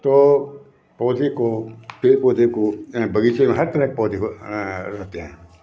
तो पौधे को पेड़ पौधे को बगीचे में हर तरफ पौधे को रहते हैं